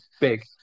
big